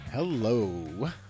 Hello